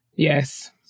Yes